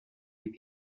few